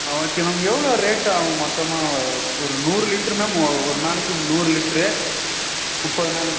ஆ okay ma'am எவ்வளோ rate ஆகும் மொத்தமாக ஒ ஒரு நூறு லிட்ரு மேம் ஒ ஒரு நாளைக்கு நூறு லிட்ரு முப்பது நாளை